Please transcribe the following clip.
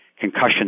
concussion